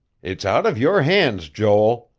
it's out of your hands, joel.